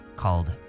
called